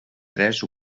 tres